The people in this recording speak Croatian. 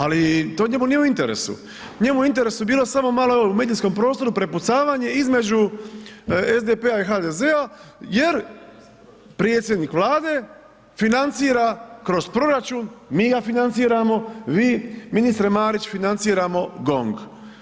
Ali to njemu nije u interesu, njemu je u interesu bilo samo malo evo u medijskom prostoru prepucavanje između SDP-a i HDZ-a jer predsjednik Vlade financira kroz proračun, i ga financiramo, vi, ministre Marić, financiramo GONG.